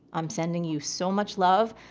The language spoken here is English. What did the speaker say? i'm sending you so much love.